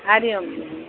Hari Om